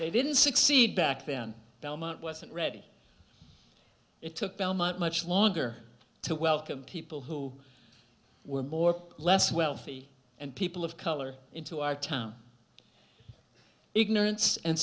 they didn't succeed back then belmont wasn't ready it took belmont much longer to welcome people who were more or less wealthy and people of color into our town ignorance and